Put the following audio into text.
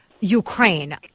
Ukraine